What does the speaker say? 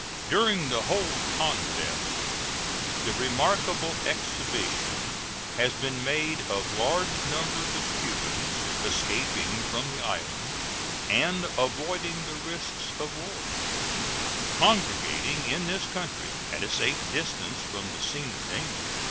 during the whole contest the remarkable exhibition has been made of large numbers of cubans escaping from the island and avoiding the risks of war congregating in this country, at a safe distance from the scene of danger,